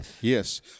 Yes